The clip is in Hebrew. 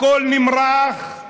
הכול נמרח,